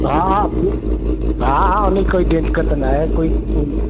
हा हा हा हा उनजी कोई दिक़त नाहे कोई